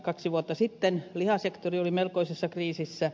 kaksi vuotta sitten lihasektori oli melkoisessa kriisissä